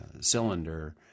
cylinder